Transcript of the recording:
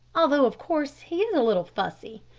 although, of course, he is a little fussy.